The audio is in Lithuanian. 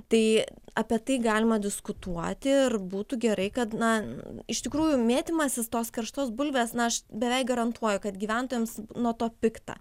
tai apie tai galima diskutuoti ir būtų gerai kad man iš tikrųjų mėtymasis tos karštos bulvės na aš beveik garantuoju kad gyventojams nuo to pikta